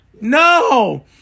No